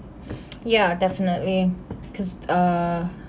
ya definitely cause uh